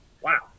Wow